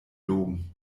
loben